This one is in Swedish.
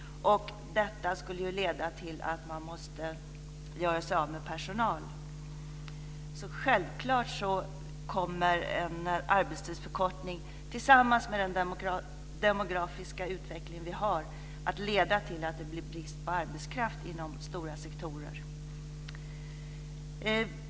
Detta skulle leda till att man måste göra sig av med personal. Självklart kommer en arbetstidsförkortning, tillsammans med den demografiska utveckling vi har, att leda till att det blir brist på arbetskraft inom stora sektorer.